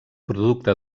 producte